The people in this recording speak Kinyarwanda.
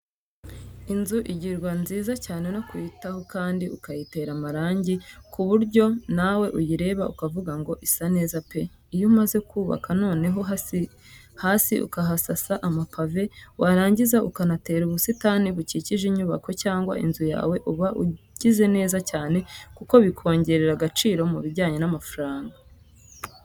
Inzu igirwa nziza cyane no kuyitaho kandi ukayitera amarangi ku buryo nawe uyireba ukavuga ngo isa neza pe! Iyo umaze kubaka noneho hasi ukahasasa amapave, warangiza ukanatera ubusitani bukikije inyubako cyangwa inzu yawe uba ugize neza cyane kuko bikongerera agaciro mu bijyanye n'amafaranga.